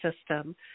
system